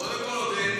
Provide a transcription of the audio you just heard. קודם כול,